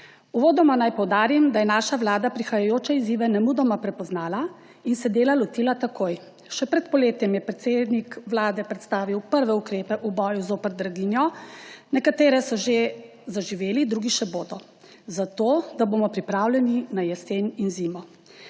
Uvodoma naj poudarim, da je naša vlada prihajajoče izzive nemudoma prepoznala in se dela lotila takoj. Še pred poletjem je predsednik vlade predstavil prve ukrepe v boju zoper draginjo, nekateri so že zaživeli, drugi še bodo, da bomo pripravljeni na jesen in zimo.